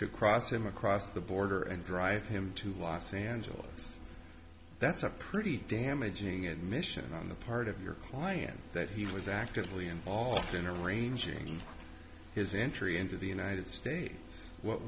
to cross him across the border and drive him to los angeles that's a pretty damaging admission on the part of your client that he was actively involved in arranging his intrigue into the united states